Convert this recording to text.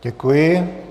Děkuji.